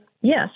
yes